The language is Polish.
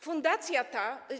Fundacja ta.